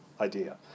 idea